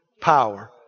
power